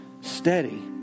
steady